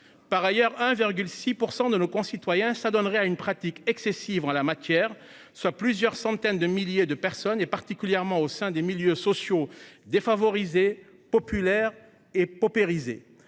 Par ailleurs, 1,6% de nos concitoyens, ça donnerait à une pratique excessive en la matière, soit plusieurs centaines de milliers de personnes et particulièrement au sein des milieux sociaux défavorisés populaire et paupérisé